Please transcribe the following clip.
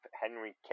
Henry